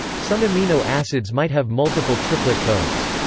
some amino acids might have multiple triplet codes.